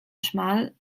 schmal